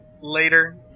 later